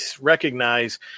recognize